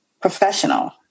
professional